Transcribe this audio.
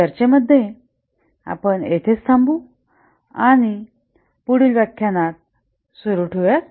या चर्चे मध्ये आपण येथेच थांबू आणि पुढील व्याख्यानात सुरू ठेवू